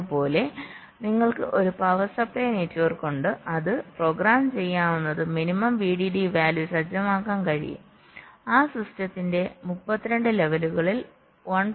അതുപോലെ നിങ്ങൾക്ക് ഒരു പവർ സപ്ലൈ നെറ്റ്വർക്ക് ഉണ്ട് അത് പ്രോഗ്രാം ചെയ്യാവുന്നതും മിനിമം VDD വാല്യൂ സജ്ജമാക്കാൻ കഴിയും ആ സിസ്റ്റത്തിൽ 32 ലെവലുകളിൽ 1